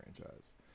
franchise